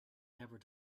never